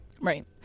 Right